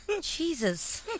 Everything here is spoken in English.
Jesus